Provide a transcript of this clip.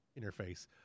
interface